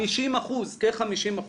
כ-50%,